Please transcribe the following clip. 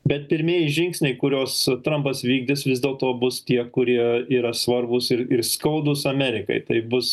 bet pirmieji žingsniai kuriuos trampas vykdys vis dėlto bus tie kurie yra svarbūs ir ir skaudūs amerikai tai bus